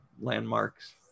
landmarks